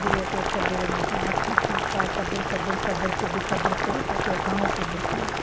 गुरुअ खे उथंदे विहंदे चवांसि थी ठीकु आहे सबर सबर सबर तूं बि सबर चई थो पियो घणो सबर कयूं